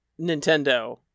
Nintendo